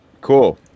Cool